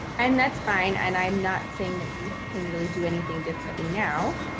and that's fine. and i'm not saying that we can really do anything differently now.